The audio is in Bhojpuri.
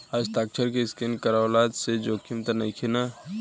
हस्ताक्षर के स्केन करवला से जोखिम त नइखे न?